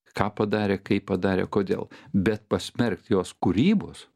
ką padarė kaip padarė kodėl bet pasmerkt jos kūrybos